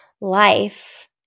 life